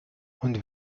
und